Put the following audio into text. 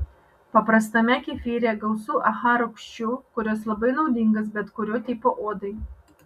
paprastame kefyre gausu aha rūgščių kurios labai naudingos bet kurio tipo odai